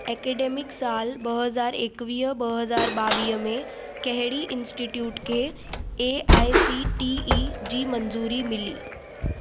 academic साल ॿ हज़ार एकवीह ॿ हज़ार ॿावीह में कहिड़ी इन्स्टिट्यूट खे A I C T E जी मंज़ूरी मिली